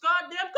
goddamn